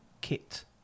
kit